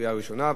קריאה ראשונה.